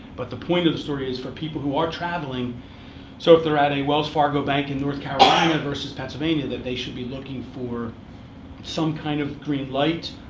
but the point of the story is, for people who are traveling so if they're at a wells fargo bank in north carolina versus pennsylvania, that they should be looking for some kind of green light,